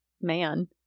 man